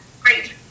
great